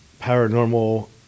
paranormal